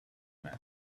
man